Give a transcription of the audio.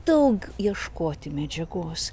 daug ieškoti medžiagos